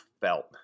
felt